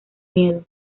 miedo